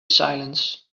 silence